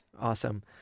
Awesome